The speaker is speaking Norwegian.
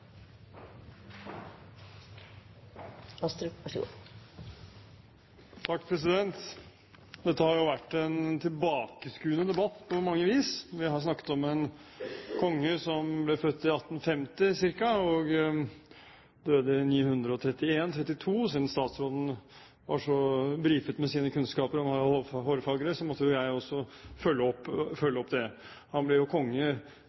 Dette har jo vært en tilbakeskuende debatt på mange vis. Vi har snakket om en konge som ble født ca. 850 og døde 931/932. Siden statsråden brifet med sine kunnskaper om Harald Hårfagre, måtte jeg også følge opp det. Han ble jo konge